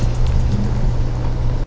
so